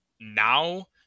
Now